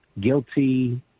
guilty